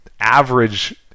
average